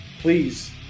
please